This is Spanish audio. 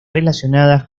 relacionadas